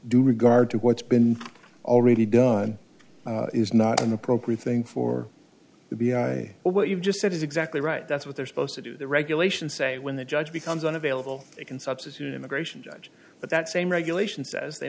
due regard to what's been already done is not an appropriate thing for the b i what you've just said is exactly right that's what they're supposed to do the regulations say when the judge becomes unavailable they can substitute immigration judge but that same regulation says they